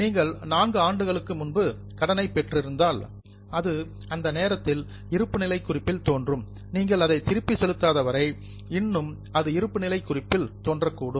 நீங்கள் 4 ஆண்டுகளுக்கு முன்பு கடனை பெற்றிருந்தால் அது அந்த நேரத்தில் இருப்புநிலைக் குறிப்பில் தோன்றும் நீங்கள் அதை திருப்பி செலுத்தாத வரை இன்றும் அது இருப்புநிலை குறிப்பில் தோன்றக்கூடும்